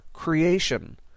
Creation